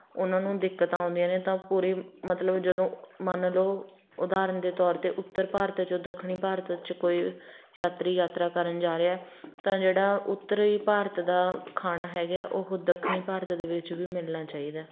ਉਹਨਾਂ ਨੂੰ ਦਿੱਕਤਾਂ ਆਉਂਦੀਆਂ ਨੇ ਤਾਂ ਪੂਰੇ ਮਤਲਬ ਜਦੋਂ ਮੰਨ ਲਉ ਉਦਾਹਰਣ ਦੇ ਤੌਰ 'ਤੇ ਉੱਤਰ ਭਾਰਤੀ ਜੋ ਦੱਖਣੀ ਭਾਰਤ 'ਚ ਕੋਈ ਯਾਤਰੀ ਯਾਤਰਾ ਕਰਨ ਜਾ ਰਿਹਾ ਤਾਂ ਜਿਹੜਾ ਉੱਤਰੀ ਭਾਰਤ ਦਾ ਖਾਣਾ ਹੈਗਾ ਉਹ ਦੱਖਣੀ ਭਾਰਤ ਦੇ ਵਿੱਚ ਵੀ ਮਿਲਣਾ ਚਾਹੀਦਾ